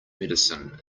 medicine